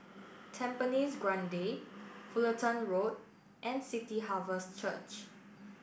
Tampines Grande Fullerton Road and City Harvest Church